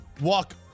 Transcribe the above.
walk